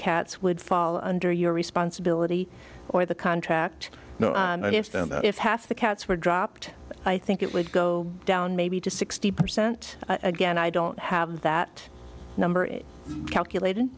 cats would fall under your responsibility or the contract and if that if half the cats were dropped i think it would go down maybe to sixty percent again i don't have that number is calculat